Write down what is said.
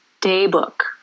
Daybook